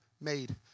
made